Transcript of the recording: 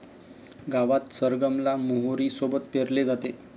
गावात सरगम ला मोहरी सोबत पेरले जाते